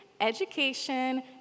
education